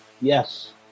Yes